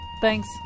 Thanks